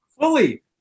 Fully